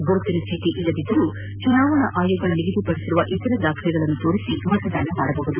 ಗುರುತಿನ ಚೀಟಿ ಇಲ್ಲದಿದ್ದರೂ ಚುನಾವಣಾ ಆಯೋಗ ನಿಗದಿ ಪಡಿಸಿರುವ ಇತರೆ ದಾಖಲೆಗಳನ್ನು ತೋರಿಸಿ ಮತದಾನ ಮಾಡಬಹುದಾಗಿದೆ